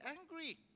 angry